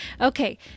okay